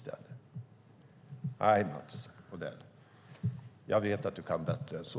Nej, Mats Odell, jag vet att du kan bättre än så.